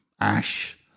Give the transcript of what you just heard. ash